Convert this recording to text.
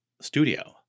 studio